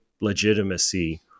legitimacy